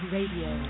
Radio